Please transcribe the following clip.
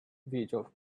video